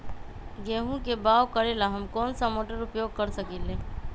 गेंहू के बाओ करेला हम कौन सा मोटर उपयोग कर सकींले?